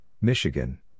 Michigan